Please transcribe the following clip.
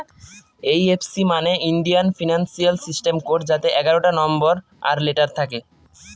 IFC মানে Indian financial system code যাতে এগারোটা নম্বর আর লেটার থাকে